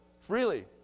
freely